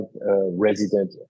resident